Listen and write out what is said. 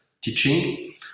teaching